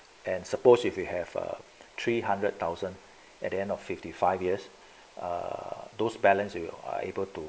and suppose if you have a three hundred thousand at the end of fifty five years err those balance you you are able to